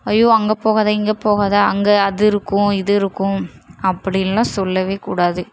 ஐயோ அங்கே போகாதே இங்கே போகாதே அங்கே அது இருக்கும் இது இருக்கும் அப்படின்லாம் சொல்லவே கூடாது